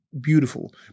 beautiful